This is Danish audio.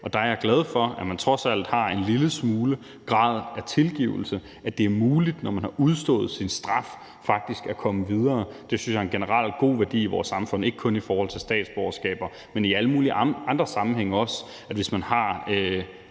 Og der er jeg glad for, at man trods alt har en lille grad af tilgivelse; at det er muligt, når man har udstået sin straf, faktisk at komme videre. Jeg synes, at det er en generelt god værdi i vores samfund, ikke kun i forhold til statsborgerskab, men i alle mulige andre sammenhænge også, at hvis man har